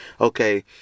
okay